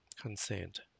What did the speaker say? consent